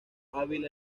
hábil